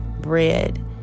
bread